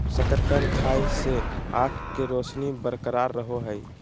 शकरकंद खाय से आंख के रोशनी बरकरार रहो हइ